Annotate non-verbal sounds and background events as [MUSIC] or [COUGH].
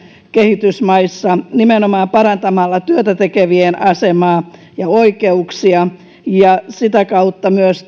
kehitysmaissa nimenomaan parantamalla työtä tekevien asemaa ja oikeuksia ja sitä kautta myös [UNINTELLIGIBLE]